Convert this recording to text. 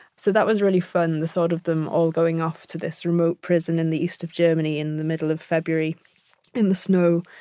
so that was really fun, the thought of them all going off to remote prison in the east of germany in the middle of february in the snow,